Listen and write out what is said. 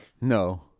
No